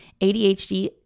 ADHD